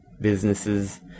businesses